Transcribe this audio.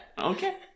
Okay